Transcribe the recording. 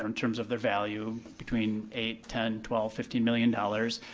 um and terms of their value between eight, ten, twelve, fifteen million dollars,